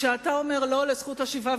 כשאתה אומר לא לזכות השיבה,